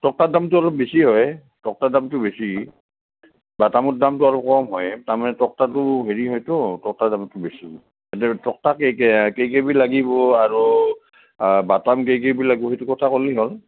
টক্টাৰ দামটো আৰু বেছি হয় টক্টাৰ দামটো বেছি বাটামৰ দামটো আৰু কম হয় তাৰমানে টক্টাটো হেৰি হয়তো টক্টাৰ দামটো বেছি টক্টা কেই কেবি লাগিব আৰু বাটাম কেই কেবি লাগিব সেইটো কথা কলিই হ'ল